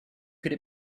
could